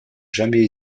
jamais